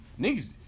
niggas